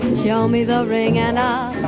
show me the ring and